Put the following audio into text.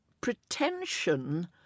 pretension